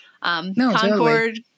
Concord